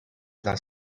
dans